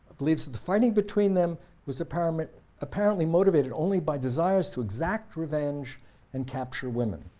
believes that the fighting between them was apparently apparently motivated only by desires to exact revenge and capture women.